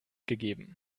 gegeben